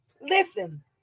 listen